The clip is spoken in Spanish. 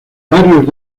varios